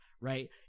Right